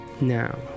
Now